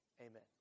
Amen